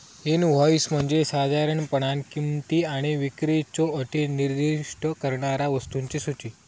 invoice म्हणजे साधारणपणान किंमत आणि विक्रीच्यो अटी निर्दिष्ट करणारा वस्तूंची सूची